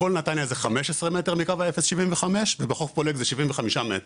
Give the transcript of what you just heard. בכל נתניה זה 15 מטר מקו האפס 75 ובחוף פולג זה 75 מטר.